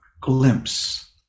glimpse